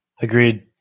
Agreed